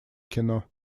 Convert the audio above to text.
кино